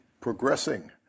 progressing